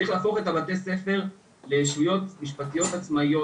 צריך להפוך את בתי הספר לישויות משפטיות עצמאיות,